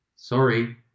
Sorry